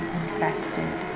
infested